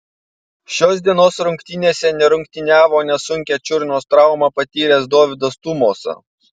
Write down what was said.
šios dienos rungtynėse nerungtyniavo nesunkią čiurnos traumą patyręs dovydas tumosa